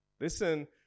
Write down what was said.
listen